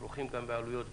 הכרוכים בעלויות גבוהות.